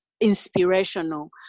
inspirational